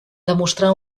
demostrà